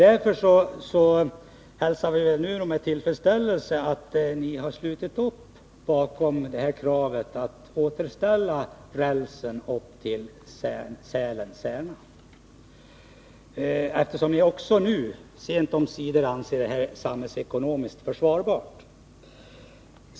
Därför hälsar vi nu med tillfredsställelse att ni slutit upp bakom kravet att återställa rälsen upp till Sälen-Särna och nu sent omsider anser detta samhällsekonomiskt försvarbart.